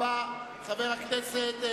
חברי הכנסת,